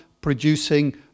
producing